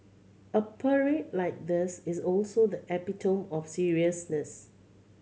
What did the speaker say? a parade like this is also the epitome of seriousness